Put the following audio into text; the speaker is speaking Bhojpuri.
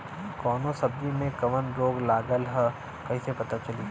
कौनो सब्ज़ी में कवन रोग लागल ह कईसे पता चली?